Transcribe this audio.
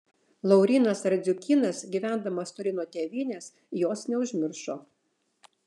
laurynas radziukynas gyvendamas toli nuo tėvynės jos neužmiršo